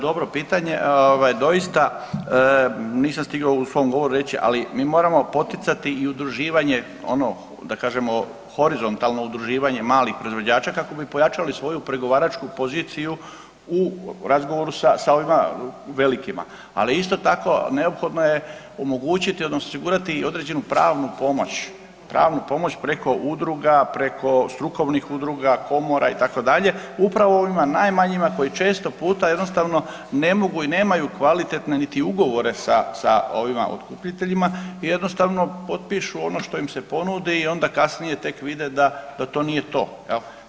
Dobro pitanje, doista nisam stigao u svom govoru reći ali mi moramo poticati i udruživanje, ono da kažemo horizontalno udruživanje malih proizvođača kako bi pojačali svoju pregovaračku poziciju u razgovoru sa ovima velikima, ali isto tako neophodno je omogućiti odnosno osigurati i određenu pravnu pomoć preko udruga, preko strukovnih udruga, komora itd., upravo ovima najmanjima koji često puta jednostavno ne mogu i nemaju kvalitetne niti ugovore sa ovima otkupiteljima i jednostavno, otpišu ono što im se ponudi i onda kasnije vide da to nije to jel.